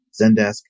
Zendesk